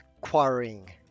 quarrying